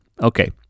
Okay